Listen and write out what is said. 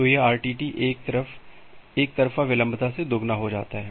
तो यह RTT एक तरफ़ा विलंबता से दुगुना हो जाता है